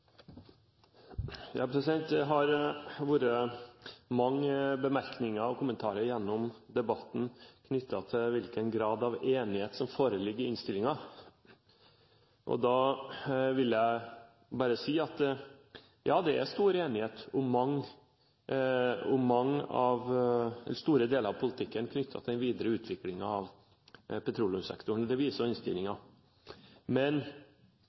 Det har vært mange bemerkninger og kommentarer gjennom debatten knyttet til hvilken grad av enighet som foreligger i innstillingen. Da vil jeg bare si at det er stor enighet om store deler av politikken knyttet til den videre utviklingen av petroleumssektoren. Det viser også innstillingen. Men